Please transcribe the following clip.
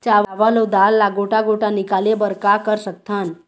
चावल अऊ दाल ला गोटा गोटा निकाले बर का कर सकथन?